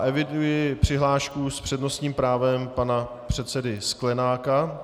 Eviduji přihlášku s přednostním právem pana předsedy Sklenáka.